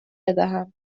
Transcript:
بدهم